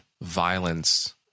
violence